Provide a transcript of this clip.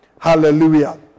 Hallelujah